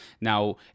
now